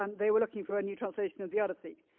um they were looking for a new translation of the odyssey.